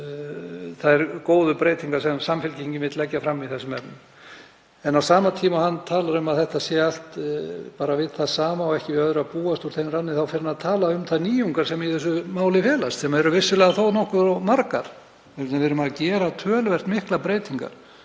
eru þær góðu breytingar sem Samfylkingin vill leggja fram í þessum efnum? Á sama tíma og hann talar um að þetta sé allt við það sama og ekki við öðru að búast úr þeim ranni þá fer hann að tala um þær nýjungar sem í þessu máli felast, sem eru vissulega þó nokkuð margar. Við erum að gera töluvert miklar breytingar